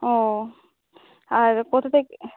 ও আর কোথা থেকে